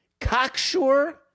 Cocksure